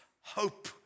hope